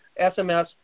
SMS